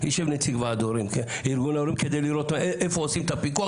יישב נציג ארגון ההורים כדי לראות איפה עושים את הפיקוח